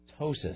Tosis